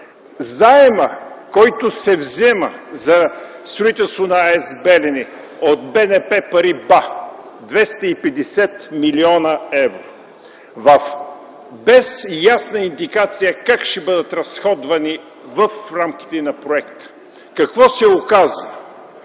Заемът, който се взема за строителство на АЕЦ „Белене” от БНП „Париба” – 250 млн. евро, без ясна индикация как ще бъдат изразходвани в рамките на проекта. Какво се оказа?